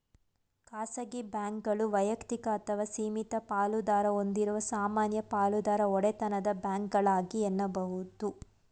ಖಾಸಗಿ ಬ್ಯಾಂಕ್ಗಳು ವೈಯಕ್ತಿಕ ಅಥವಾ ಸೀಮಿತ ಪಾಲುದಾರ ಹೊಂದಿರುವ ಸಾಮಾನ್ಯ ಪಾಲುದಾರ ಒಡೆತನದ ಬ್ಯಾಂಕ್ಗಳಾಗಿವೆ ಎನ್ನುಬಹುದು